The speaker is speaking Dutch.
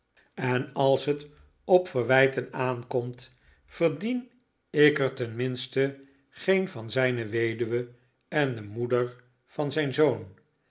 en als het op verwijten aankomt verdien ik er ten minste geen van zijn weduwe en de moeder van zijn zoon